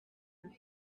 him